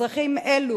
אזרחים אלו,